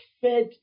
fed